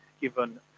given